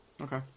Okay